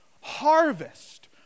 Harvest